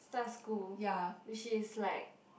start school which is like